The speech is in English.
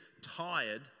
tired